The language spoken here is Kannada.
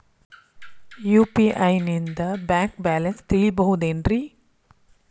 ಯು.ಪಿ.ಐ ನಿಂದ ಬ್ಯಾಂಕ್ ಬ್ಯಾಲೆನ್ಸ್ ತಿಳಿಬಹುದೇನ್ರಿ?